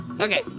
Okay